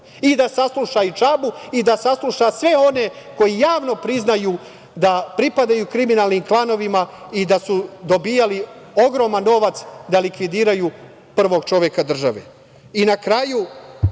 da sasluša i Čabu i da sasluša sve one koji javno priznaju da pripadaju kriminalnim klanovima i da su dobijali ogroman novac da likvidiraju prvog čoveka države. Na